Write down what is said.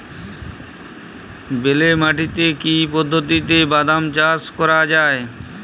বেলে মাটিতে কি পদ্ধতিতে বাদাম চাষ করা যায়?